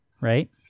right